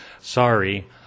sorry